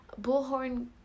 Bullhorn